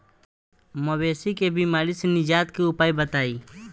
मवेशी के बिमारी से निजात के उपाय बताई?